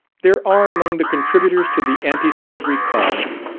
there are among the contributors to the anti-slavery cause,